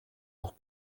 auch